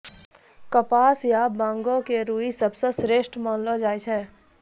कपास या बांगो के रूई सबसं श्रेष्ठ मानलो जाय छै